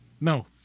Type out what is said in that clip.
No